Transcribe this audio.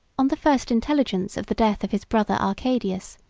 on the first intelligence of the death of his brother arcadius,